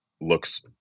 looks